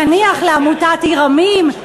נניח לעמותת "עיר עמים",